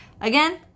Again